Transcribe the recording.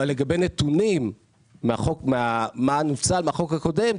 אבל לגבי נתונים מה נוצל מהחוק הקודם,